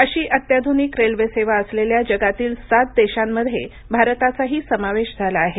अशी अत्याधुनिक रेल्वे सेवा असलेल्या जगातील सात देशामध्ये भारताचाही समावेश झाला आहे